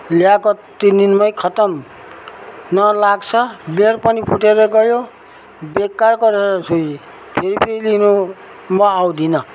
ल्याएको तिन दिनमै खत्तम न लाग्छ बिँड पनि फुटेर गयो बेकारको रहेछ यो फेरि फेरि लिनु म आउँदिन